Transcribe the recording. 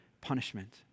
punishment